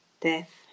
death